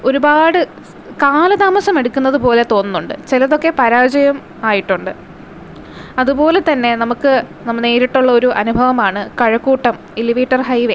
ഒരുപാട് കാലതാമസം എടുക്കുന്നത് പോലെ തോന്നുന്നുണ്ട് ചിലതൊക്കെ പരാജയം ആയിട്ടുണ്ട് അതുപോലെ തന്നെ നമുക്ക് നേരിട്ടുള്ള ഒരു അനുഭവമാണ് കഴക്കൂട്ടം എലിവേറ്റര് ഹൈവേ